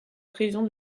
prison